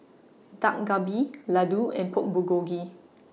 Dak Galbi Ladoo and Pork Bulgogi